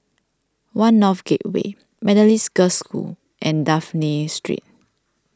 one North Gateway Methodist Girls' School and Dafne Street